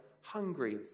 hungry